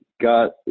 got